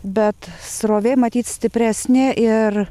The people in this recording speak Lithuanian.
bet srovė matyt stipresnė ir